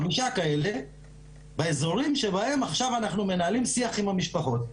חמישה כאלה באזורים שבהם אנחנו מנהלים שיח עם המשפחות.